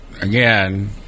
again